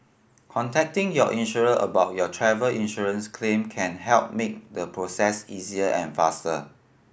contacting your insurer about your travel insurance claim can help make the process easier and faster